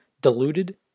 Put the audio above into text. diluted